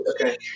okay